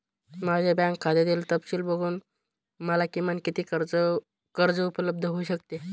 माझ्या बँक खात्यातील तपशील बघून मला किमान किती कर्ज उपलब्ध होऊ शकते?